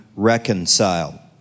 Reconcile